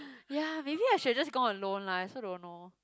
ya maybe I should just gone alone lah I also don't know